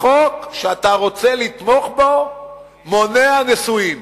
החוק שאתה רוצה לתמוך בו מונע נישואין.